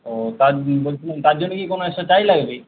ও তা বলছিলাম তার জন্য কি কোনো এক্সট্রা চার্জ লাগবে